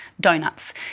donuts